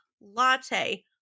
latte